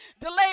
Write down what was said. delay